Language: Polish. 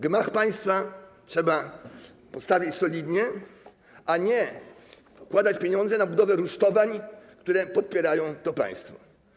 Gmach państwa trzeba postawić solidnie, a nie wkładać pieniądze w budowę rusztowań, które podpierają to państwo.